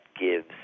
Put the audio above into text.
gives